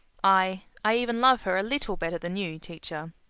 i i even love her a little better than you, teacher.